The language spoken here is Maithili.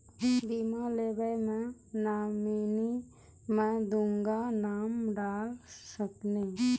बीमा लेवे मे नॉमिनी मे दुगो नाम डाल सकनी?